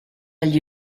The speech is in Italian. agli